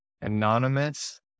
anonymous